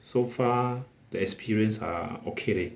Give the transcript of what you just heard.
so far the experience are okay leh